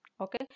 Okay